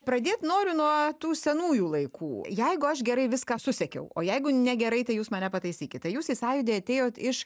pradėt noriu nuo tų senųjų laikų jeigu aš gerai viską susekiau o jeigu negerai tai jūs mane pataisykit tai jūs į sąjūdį atėjot iš